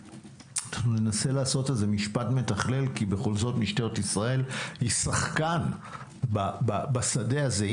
ננסה לעשות משפט מתכלל כי בכל זאת משטרת ישראל היא שחקן בשדה הזה.